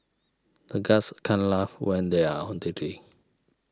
the guards can't laugh when they are on duty